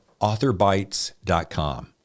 authorbytes.com